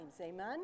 amen